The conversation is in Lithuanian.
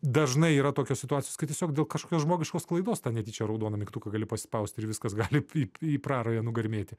dažnai yra tokios situacijos kai tiesiog dėl kažkokios žmogiškos klaidos tą netyčia raudoną mygtuką gali paspausti ir viskas gali į į prarają nugarmėti